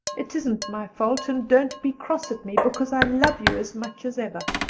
it isn't my fault and don't be cross at me, because i love you as much as ever.